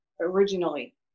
originally